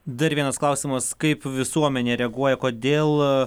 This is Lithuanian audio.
dar vienas klausimas kaip visuomenė reaguoja kodėl